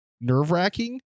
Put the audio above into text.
nerve-wracking